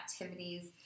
activities